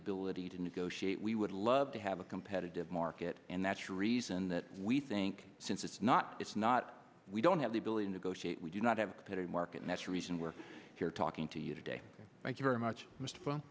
ability to negotiate we would love to have a competitive market and that's reason that we think since it's not it's not we don't have the ability to negotiate we do not have put a mark and that's a reason we're here talking to you today thank you very much